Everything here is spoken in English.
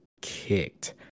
kicked